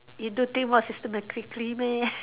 you don't think more systematically meh